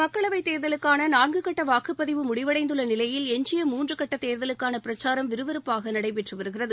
மக்களவைத் தேர்தலுக்கான நான்கு கட்ட வாக்குப்பதிவு முடிவடைந்துள்ள நிலையில் எஞ்சிய மூன்று கட்ட தேர்தலுக்கான பிரச்சாரம் விறுவிறுப்பாக நடைபெற்று வருகிறது